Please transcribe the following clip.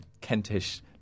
kentish